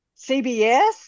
CBS